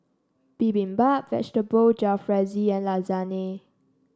Bibimbap Vegetable Jalfrezi and Lasagne